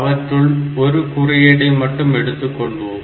அவற்றுள் ஒரு குறியீடை மட்டும் எடுத்துக் கொள்வோம்